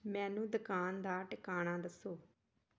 ਮੈਨੂੰ ਦੁਕਾਨ ਦਾ ਟਿਕਾਣਾ ਦੱਸੋ